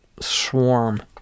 swarm